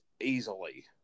easily